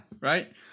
Right